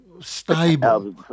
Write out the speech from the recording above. stable